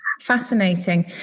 Fascinating